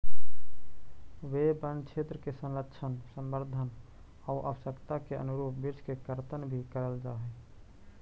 वे वनक्षेत्र के संरक्षण, संवर्धन आउ आवश्यकता के अनुरूप वृक्ष के कर्तन भी करल जा हइ